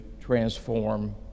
transform